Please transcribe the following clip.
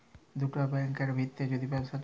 দুটা ব্যাংকের ভিত্রে যদি ব্যবসা চ্যলে